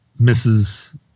Mrs